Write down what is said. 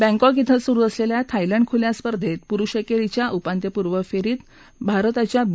Bangkok इं सुरु असलेल्या थायलँड खुल्या स्पर्धेत पुरुष एकेरीच्या उपांत्यपूर्व फेरीत भारताच्या बी